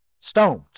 stones